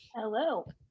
Hello